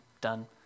done